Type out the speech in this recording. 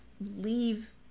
leave